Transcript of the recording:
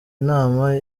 inama